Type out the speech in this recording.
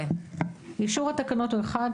אישור התקנות הוא אחד,